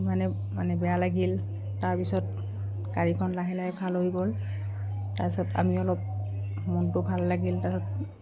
ইমানে মানে বেয়া লাগিল তাৰপিছত গাড়ীখন লাহে লাহে ভাল হৈ গ'ল তাৰপিছত আমি অলপ মনটো ভাল লাগিল তাৰপিছত